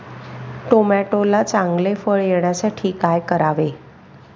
टोमॅटोला चांगले फळ येण्यासाठी काय करावे?